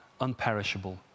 unperishable